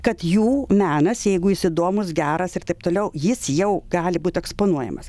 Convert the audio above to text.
kad jų menas jeigu jis įdomus geras ir taip toliau jis jau gali būt eksponuojamas